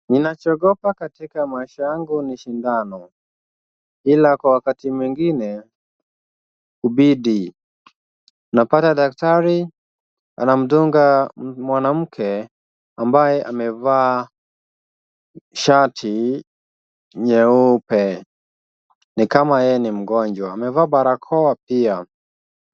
Ninachoogopa katika maisha yangu ni sindano, ila kwa wakati mwingine hubidi, Unapata daktari anamdunga mwanamke ambaye amevaa shati nyeupe, ni kama yeye ni mgonjwa. Amevaa barakoa pia.